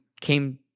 came